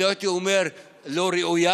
אני לא הייתי אומר לא ראויה,